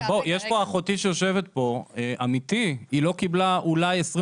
אחותי יושבת כאן והיא לא קיבלה אולי 25